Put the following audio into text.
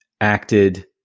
acted